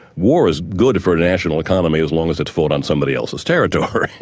war is good for national economy as long as it's fought on somebody's else's territory!